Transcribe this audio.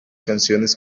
canciones